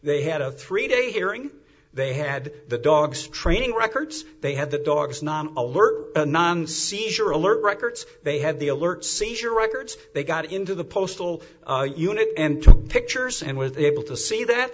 they had a three day hearing they had the dogs training records they had the dogs alert and seizure alert records they had the alert seizure records they got into the postal unit and took pictures and was able to see that